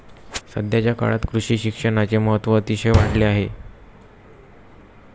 सध्याच्या काळात कृषी शिक्षणाचे महत्त्व अतिशय वाढले आहे